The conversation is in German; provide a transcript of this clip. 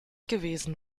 gewesen